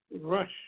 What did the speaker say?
rush